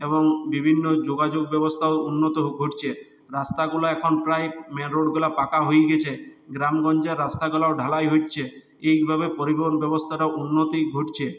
এবং বিভিন্ন যোগাযোগ ব্যবস্থাও উন্নত ঘটছে রাস্তাগুলা এখন প্রায় মেন রোডগুলা পাকা হয়ে গেছে গ্রাম গঞ্জের রাস্তাগুলো ঢালাই হচ্ছে এইভাবে পরিবহন ব্যবস্থাটা উন্নতি ঘটছে